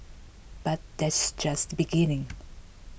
but that's just beginning